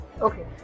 Okay